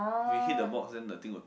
we hit the box then the thing will